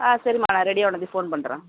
ஆ சரிம்மா நான் ரெடியானதும் ஃபோன் பண்ணுறேன்